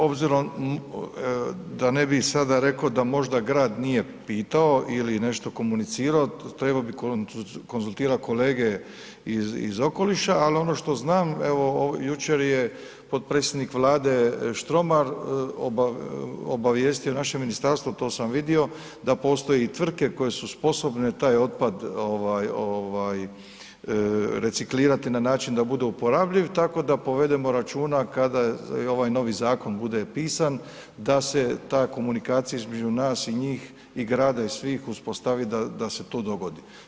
Obzirom, da ne bi sada reko da možda grad nije pitao ili nešto komunicirao, trebao bi konzultirati kolege iz okoliša, al ono što znam, evo jučer je potpredsjednik Vlade Štromar obavijestio naše ministarstvo, to sam vidio, da postoje tvrtke koje su sposobne taj otpad ovaj, ovaj reciklirat na način da bude uporabljiv, tako da povedemo računa kada ovaj novi zakon bude pisan da se ta komunikacija između nas i njih i grada i svih uspostavi da se to dogodi.